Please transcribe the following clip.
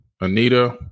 Anita